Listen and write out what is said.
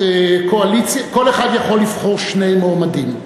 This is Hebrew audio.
כל אחד יכול לבחור שני מועמדים.